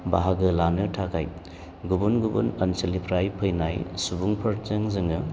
बाहागो लानो थाखाय गुबुन गुबुन ओनसोलनिफ्राय फैनाय सुबुंफोरजों जोङो